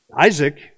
Isaac